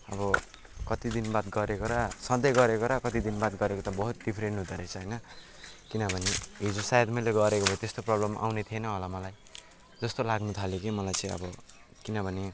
अब कति दिन बाद गरेको र सधैँ गरेको र कति दिन बाद गरेको त बहुत डिफ्रेन्ट हुँदो रहेछ होइन किनभने हिजो सायद मैले गरेको भए चाहिँ त्यस्तो प्रब्लम आउने थिएन होला मलाई जस्तो लाग्न थाल्यो के मलाई चाहिँ अब किनभने